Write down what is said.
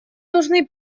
нужны